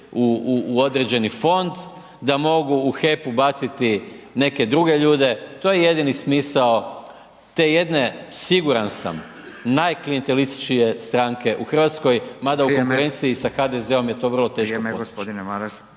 u određeni fond, da mogu u HEP-u baciti neke druge ljude, to je jedini smisao te jedne, siguran sam, najklijentelističkije stranke u RH…/Upadica: Vrijeme/… mada u konkurenciji sa HDZ-om je to vrlo teško…/Upadica: